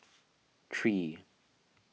three